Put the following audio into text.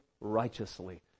righteously